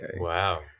Wow